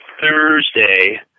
Thursday